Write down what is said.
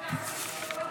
--- לייאלי